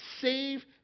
save